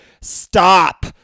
stop